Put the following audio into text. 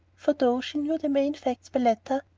for though she knew the main facts by letter,